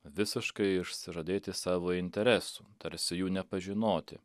visiškai išsižadėti savo interesų tarsi jų nepažinoti